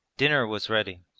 dinner was ready.